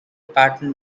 pattern